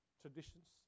traditions